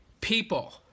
people